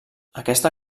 aquesta